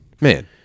man